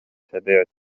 شبعت